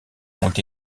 ont